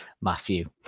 Matthew